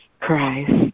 Christ